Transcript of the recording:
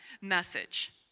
message